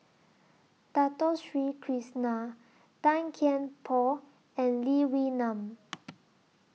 Dato Sri Krishna Tan Kian Por and Lee Wee Nam